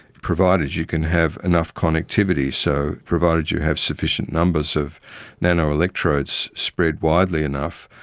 provided you can have enough connectivity. so provided you have sufficient numbers of nanoelectrodes spread widely enough,